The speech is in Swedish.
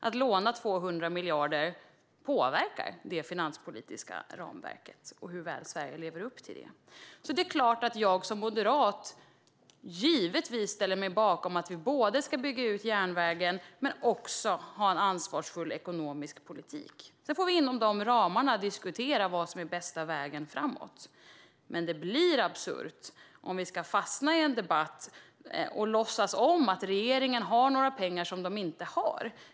Att låna 200 miljarder påverkar det finanspolitiska ramverket och hur väl Sverige lever upp till det. Det är klart att jag som moderat givetvis ställer mig bakom att vi både ska bygga ut järnvägen och också ha en ansvarsfull ekonomisk politik. Sedan får vi inom de ramarna diskutera vad som är bästa vägen framåt. Men det blir absurt om vi ska fastna i en debatt och låtsas som att regeringen har några pengar som den inte har.